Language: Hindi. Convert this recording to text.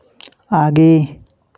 आगे